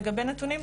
לגבי נתונים,